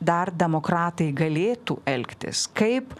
dar demokratai galėtų elgtis kaip